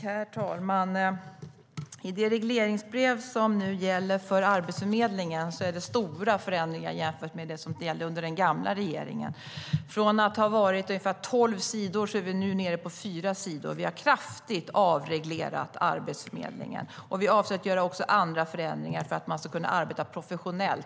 Herr talman! I det regleringsbrev som nu gäller för Arbetsförmedlingen är det stora förändringar jämfört med det som gällde under den gamla regeringen. Från att ha varit tolv sidor är vi nu nere på fyra sidor. Vi har kraftigt avreglerat Arbetsförmedlingen, och vi avser att göra andra förändringar så att man ska kunna arbeta professionellt.